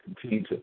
Continue